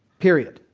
period.